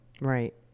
right